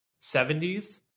70s